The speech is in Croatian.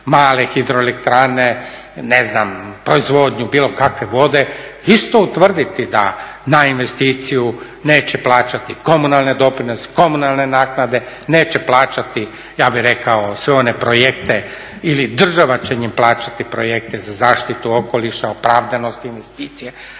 male hidroelektrane, ne znam, proizvodnju bilo kakve vode, isto utvrditi da na investiciju neće plaćati komunalne doprinose, komunalne naknade, neće plaćati, ja bih rekao sve one projekte ili država će im plaćati projekte za zaštitu okoliša, opravdanost investicija.